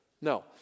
No